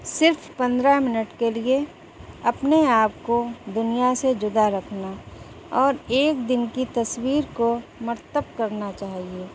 صرف پندرہ منٹ کے لیے اپنے آپ کو دنیا سے جدا رکھنا اور ایک دن کی تصویر کو مرتب کرنا چاہیے